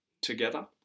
together